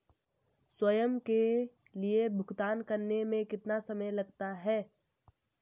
स्वयं के लिए भुगतान करने में कितना समय लगता है?